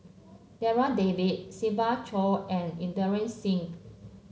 Darryl David Siva Choy and Inderjit Singh